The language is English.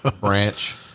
branch